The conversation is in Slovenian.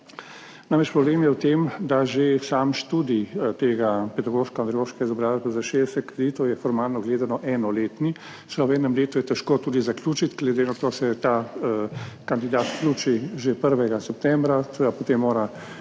Namreč, problem je v tem, da že sam študij tega pedagoško andragoške izobrazbe za 60 kreditov je formalno gledano enoletni. Seveda v enem letu je težko tudi zaključiti, glede na to se ta kandidat vključi že 1. septembra, seveda potem mora